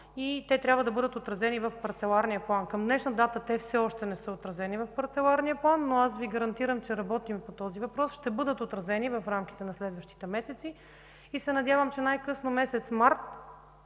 и те трябва да бъдат отразени в парцеларния план. Към днешна дата те все още не са отразени в парцеларния план, но аз Ви гарантирам, че работим по този въпрос и ще бъдат отразени в рамките на следващите месеци. Надявам се, че най-късно през месец март